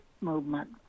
movement